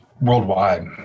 worldwide